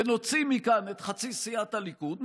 ונוציא מכאן את חצי סיעת הליכוד,